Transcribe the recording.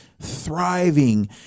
thriving